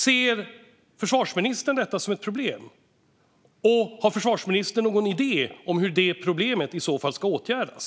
Ser försvarsministern detta som ett problem, och har försvarsministern i så fall någon idé om hur det problemet ska åtgärdas?